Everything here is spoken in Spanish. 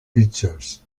pictures